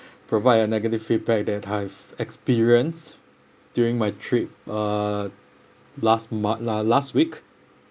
provide a negative feedback that I've experienced during my trip uh last mon~ uh last week